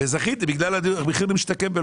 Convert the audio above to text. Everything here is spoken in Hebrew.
אבל זכיתי בלונדון, בגלל המחיר למשתכן.